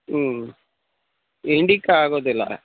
ಹ್ಞೂ ಇಂಡಿಕಾ ಆಗೋದಿಲ್ಲಲ